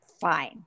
fine